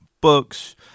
books